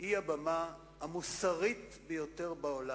היא הבמה המוסרית ביותר בעולם,